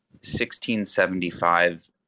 1675